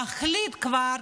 להחליט כבר.